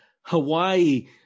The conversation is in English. Hawaii